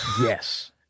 Yes